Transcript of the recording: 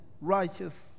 righteous